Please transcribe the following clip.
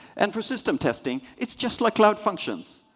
and for system testing, it's just like cloud functions.